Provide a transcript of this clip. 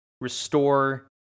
restore